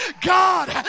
God